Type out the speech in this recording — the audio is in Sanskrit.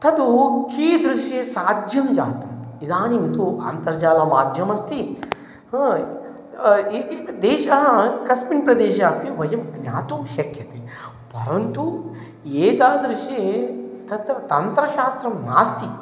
तत्तु कीदृशं साध्यं जातम् इदानीं तु अन्तर्जालमाध्यममस्ति ह् इ देशः कस्मिन् प्रदेशे अपि वयं ज्ञातुं शक्यते परन्तु एतादृशं तत्र तन्त्रशास्त्रं नास्ति